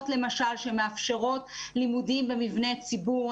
למשל שמאפשרות לימודים במבני ציבור.